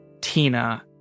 Tina